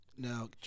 now